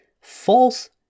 false